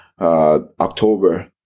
October